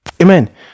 Amen